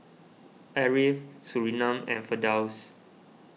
Ariff Surinam and Firdaus